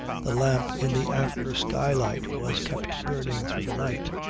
the lamp in the after skylight was kept burning through the night.